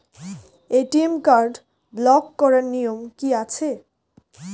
ATM card block করার নিয়ম কি আছে?